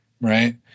right